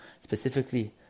Specifically